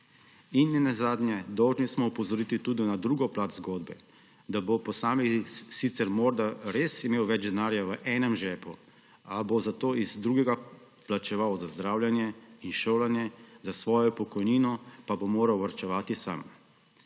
In nenazadnje dolžni smo opozoriti tudi na drugo plat zgodbe, da bo posameznik sicer morda res imel več denarja v enem žepu, a bo zato iz drugega plačeval za zdravljenje in šolanje, za svojo pokojnino pa bo moral varčevati sam.